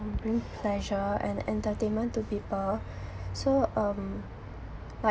brings pleasure and entertainment to people so um like